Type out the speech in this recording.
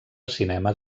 cinema